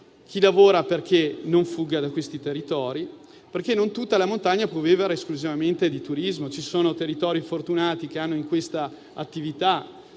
chi lavora, perché non fugga da quei territori. Non tutta la montagna può vivere esclusivamente di turismo; ci sono territori fortunati che hanno in questa attività